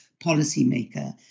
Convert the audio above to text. policymaker